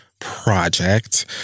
project